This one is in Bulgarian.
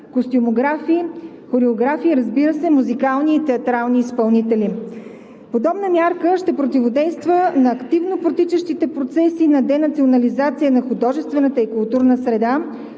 костюмографи, хореографи и, разбира се, музикални и театрални изпълнители. Подобна мярка ще противодейства на активно протичащите процеси на денационализация на художествената и културна среда,